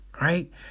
right